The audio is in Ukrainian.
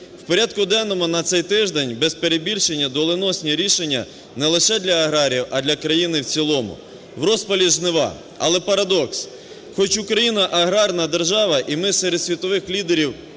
В порядку денному на цей тиждень без перебільшення доленосні рішення не лише для аграріїв, а для країни в цілому. В розпалі жнива. Але парадокс: хоч Україна – аграрна держава і ми серед світових лідерів